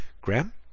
Graham